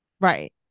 right